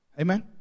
Amen